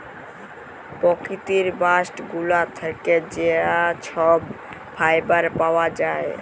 পকিতির বাস্ট গুলা থ্যাকে যা ছব ফাইবার পাউয়া যায়